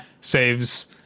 saves